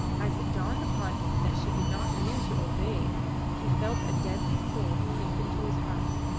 as it dawned upon him that she did not mean to obey he felt a deadly cold creep into his heart,